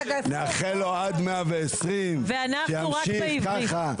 נאחל לו עד 120 שימשיך ככה.